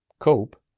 cope,